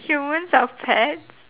humans are pets